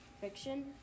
fiction